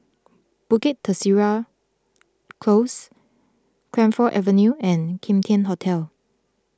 Bukit Teresa Close Camphor Avenue and Kim Tian Hotel